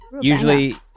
usually